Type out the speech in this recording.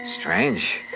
Strange